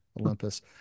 Olympus